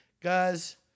guys